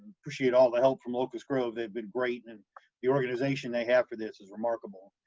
appreciate all the help from locust grove, they've been great and the organization they have for this is remarkable,